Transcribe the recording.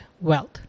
wealth